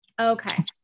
okay